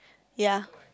ya